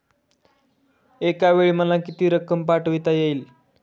एकावेळी मला किती रक्कम पाठविता येईल?